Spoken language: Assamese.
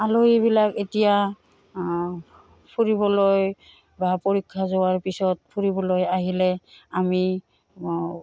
আলহীবিলাক এতিয়া ফুৰিবলৈ বা পৰীক্ষা যোৱাৰ পিছত ফুৰিবলৈ আহিলে আমি